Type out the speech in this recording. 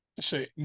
say